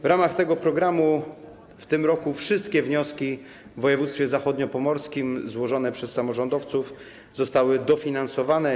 W ramach tego programu w tym roku wszystkie wnioski w województwie zachodniopomorskim złożone przez samorządowców zostały dofinansowane.